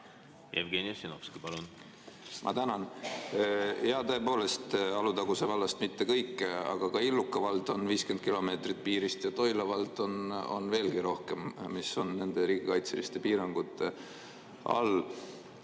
Jevgeni Ossinovski, palun! Ma tänan! Jaa, tõepoolest, Alutaguse vallast mitte kõik, aga ka Illuka vald on 50 kilomeetrit piirist ja Toila vald on veelgi rohkem, mis on nende riigikaitseliste piirangute all.